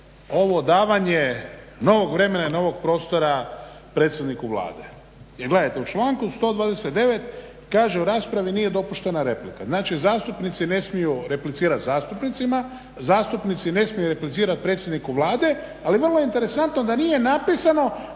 ovo davanje novog vremena novog prostora predsjedniku Vlade. Jer gledajte u članku 129.kaže u raspravi nije dopuštena replika. Znači zastupnici ne smiju replicirati zastupnicima, zastupnici ne smiju replicirati predsjedniku Vlade ali je vrlo interesantno da nije napisano